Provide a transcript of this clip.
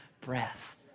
breath